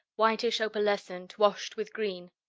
whitish opalescent, washed with green.